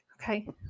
okay